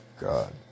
God